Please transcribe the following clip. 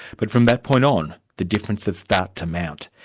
but from that point on, the differences start to mount.